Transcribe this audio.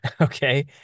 okay